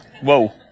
Whoa